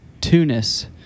Tunis